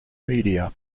media